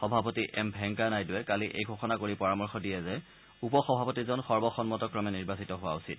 সভাপতি এম ভেংকায়া নাইড়ুৱে কালি এই ঘোষণা কৰি পৰামৰ্শ দিয়ে যে উপ সভাপতিজন সৰ্বসন্মতক্ৰমে নিৰ্বাচিত হোৱা উচিত